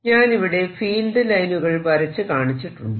ഞാനിവിടെ ഫീൽഡ് ലൈനുകൾ വരച്ചു കാണിച്ചിട്ടുണ്ട്